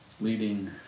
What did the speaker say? leading